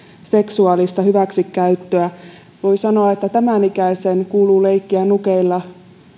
seksuaalista hyväksikäyttöä voi sanoa että tämänikäisen kuuluu leikkiä nukeilla